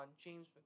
James